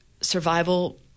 survival